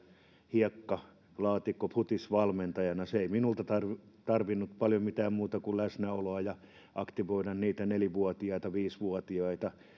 hiekkalaatikkofutisvalmentajana se ei minulta tarvinnut paljon mitään muuta kuin läsnäoloa ja niiden nelivuotiaiden viisivuotiaiden